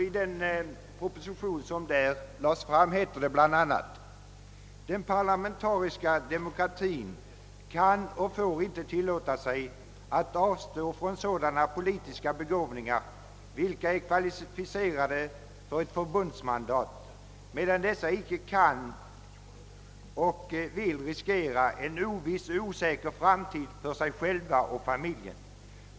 I den proposition som därvid lades fram heter det bl.a. att den parlamentariska demokratin inte kan och får tillåta sig att avstå från sådana politiska begåvningar, vilka är kvalificerade för ett förbundsdagsmandat men som icke kan och vill riskera en oviss och osäker framtid för sig själv och familjen.